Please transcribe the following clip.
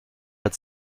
had